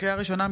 לקריאה ראשונה,